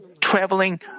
traveling